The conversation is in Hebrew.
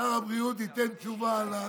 שר הבריאות ייתן תשובה על התכנון.